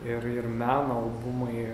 ir ir meno albumai